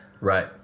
Right